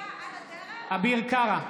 אביר קארה,